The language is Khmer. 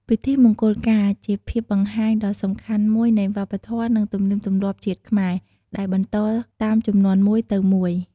ពិធីមង្គលការ ជាភាពបង្ហាញដ៏សំខាន់មួយនៃវប្បធម៌ និងទំនៀមទម្លាប់ជាតិខ្មែរ ដែលបន្តតាមជំនាន់មួយទៅមួយ។